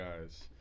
guys